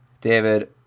David